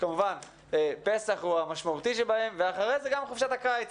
כאשר פסח הוא המשמעותי שבהם ואחר כך גם חופשת הקיץ.